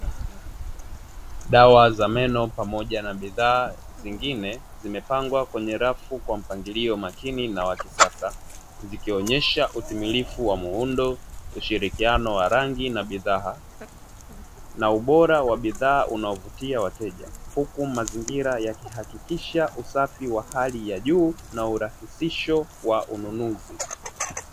Dawa za meno pamoja na bidhaa zingine zimepangwa kwenye rafu kwa mpangilio makini na wa kisasa zikionesha utimilifu wa muundo, ushirikiano wa rangi na bidhaa, na ubora wa bidhaa unao vutia wateja huku mazingira yakihakikisha usafi wa hali ya juu na urahisisho wa ununuzi.